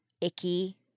icky